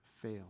fail